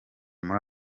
muri